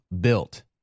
built